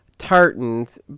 tartans